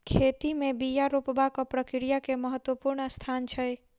खेती में बिया रोपबाक प्रक्रिया के महत्वपूर्ण स्थान छै